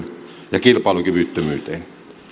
ja kilpailukyvyttömyyteen